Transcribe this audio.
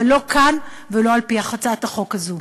אבל לא כאן ולא על-פי הצעת החוק הזו.